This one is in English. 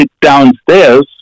downstairs